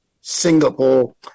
Singapore